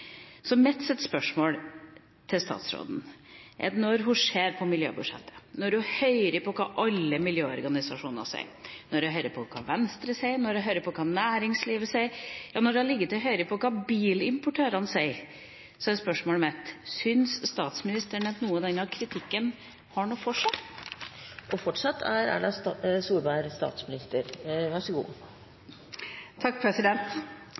Mitt spørsmål til statsråden er: Når hun ser på miljøbudsjettet, når hun hører på hva alle miljøorganisasjonene sier, på hva Venstre sier, på hva næringslivet sier, og til og med på hva bilimportørene sier: Syns statsministeren at noe av denne kritikken har noe for seg? Erna Solberg er fortsatt statsminister – vær så god.